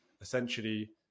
essentially